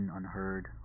unheard